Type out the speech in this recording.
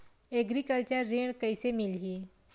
Agriculture ऋण कइसे मिलही?